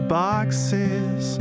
boxes